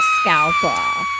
scalpel